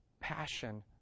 passion